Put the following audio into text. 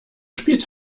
spielt